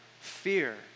fear